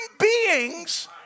beings